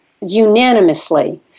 unanimously